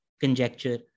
conjecture